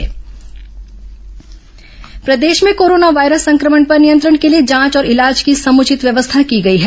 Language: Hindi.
कोरोना सैंपल जांच प्रदेश में कोरोना वायरस संक्रमण पर नियंत्रण के लिए जांच और इलाज की समुचित व्यवस्था की गई है